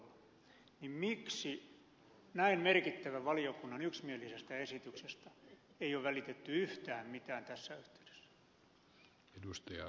miksi näin merkittävän valiokunnan yksimielisestä esityksestä ei ole välitetty yhtään mitään tässä yhteydessä